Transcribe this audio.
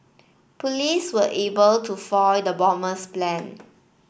police were able to foil the bomber's plan